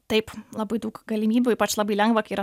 taip labai daug galimybių ypač labai lengva kai yra